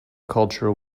culture